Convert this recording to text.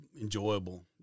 enjoyable